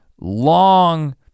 long